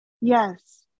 Yes